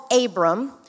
Abram